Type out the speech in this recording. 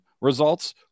results